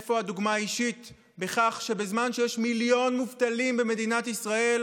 איפה הדוגמה האישית בכך שבזמן שיש מיליון מובטלים במדינת ישראל